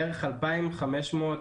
בערך 2,500,